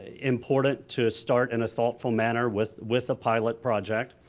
important to start in a thoughtful manner with with a pilot project,